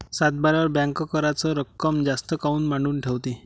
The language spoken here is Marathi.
सातबाऱ्यावर बँक कराच रक्कम जास्त काऊन मांडून ठेवते?